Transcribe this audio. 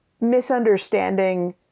misunderstanding